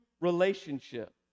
relationship